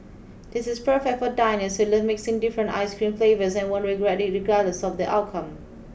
this is perfect for diners who love mixing different ice cream flavours and won't regret it regardless of the outcome